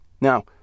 Now